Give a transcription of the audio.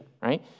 right